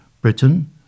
Britain